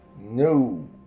No